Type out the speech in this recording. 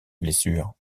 blessures